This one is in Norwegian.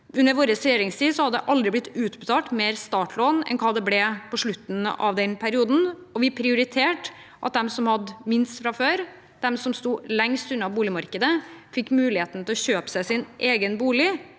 Husbanken. Det har aldri blitt utbetalt mer i startlån enn det ble på slutten av vår regjeringstid, og vi prioriterte at de som hadde minst fra før, de som sto lengst unna boligmarkedet, fikk muligheten til å kjøpe seg sin egen bolig,